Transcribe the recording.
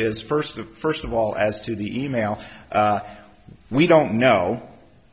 is first of first of all as to the e mail we don't know